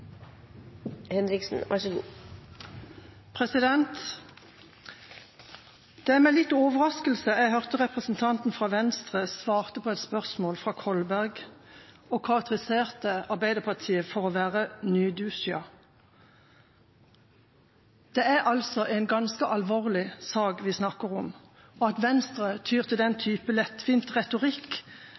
fra Venstre svare på et spørsmål fra Kolberg, hvor han karakteriserte Arbeiderpartiet for å være nydusjet. Det er en ganske alvorlig sak vi snakker om, hvor Venstre tyr til den type lettvint retorikk